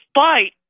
fight